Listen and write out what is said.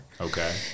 okay